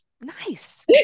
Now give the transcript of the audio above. nice